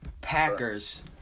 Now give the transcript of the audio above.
Packers